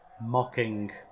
Mocking